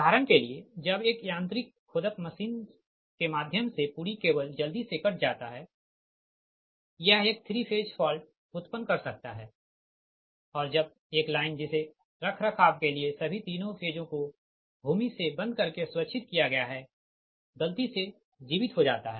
उदाहरण के लिए जब एक यांत्रिक खोदक मशीन से के माध्यम से पूरी केबल जल्दी से कट जाता है यह एक 3 फेज फॉल्ट उत्पन्न कर सकता है ठीक है और जब एक लाइन जिसे रखरखाव के लिए सभी तीनों फेजों को भूमि से बंद करके सुरक्षित किया गया है गलती से जीवित हो जाता है